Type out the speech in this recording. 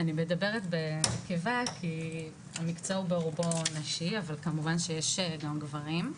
אני מדברת בנקבה כי המקצוע ברובו הוא נשי אבל כמובן שיש גם גברים.